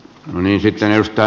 arvoisa puhemies